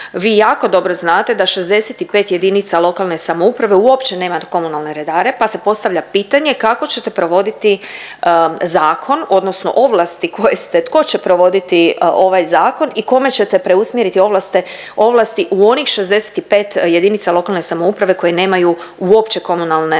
vi jako dobro znate da 65 jedinica lokalne samouprave uopće nema komunalne redare, pa se postavlja pitanje kako ćete provoditi zakon odnosno ovlasti koje ste, tko će provoditi ovaj zakon i kome ćete preusmjeriti ovlasti u onih 65 jedinica lokalne samouprave koji nemaju uopće komunalne redare?